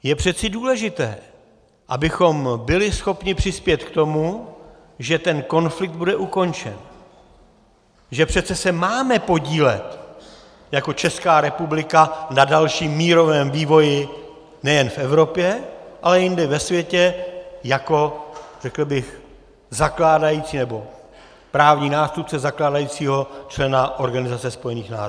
Je přece důležité, abychom byli schopni přispět k tomu, že ten konflikt bude ukončen, že přece se máme podílet jako Česká republika na dalším mírovém vývoji nejen v Evropě, ale i jinde ve světě jako, řekl bych, zakládající nebo právní nástupce zakládajícího člena Organizace spojených národů.